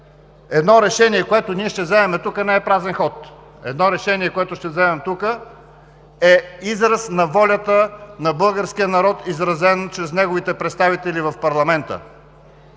Едно решение, което ще вземем тук, е израз на волята на българския народ, изразен чрез неговите представители в парламента.